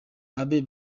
abe